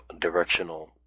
directional